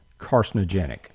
carcinogenic